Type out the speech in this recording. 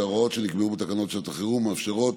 את ההוראות שנקבעו לשעת החירום המאפשרות